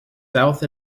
south